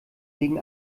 gegen